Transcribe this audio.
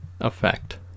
effect